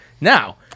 Now